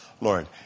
Lord